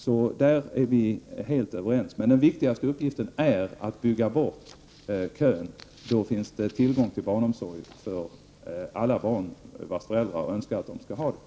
På den punkten är vi helt överens. Men den viktigaste uppgiften är att bygga bort kön, så att det finns tillgång till barnomsorg för alla barn vilkas föräldrar önskar detta.